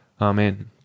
Amen